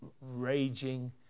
raging